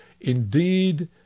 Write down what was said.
indeed